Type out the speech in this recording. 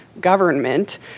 government